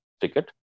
ticket